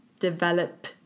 develop